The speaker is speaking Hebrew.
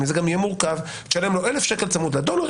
זה גם יהיה מורכב "תשלם לו 1,000 ש"ח צמוד לדולר,